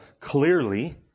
clearly